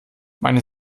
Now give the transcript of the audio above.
meine